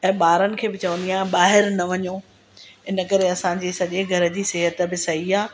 ऐं ॿारनि खे बि चवंदी आहियां ॿाहिरि न वञो इनकरे असांजी सॼे घर जी सिहत बि सही आहे